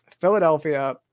Philadelphia